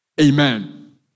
Amen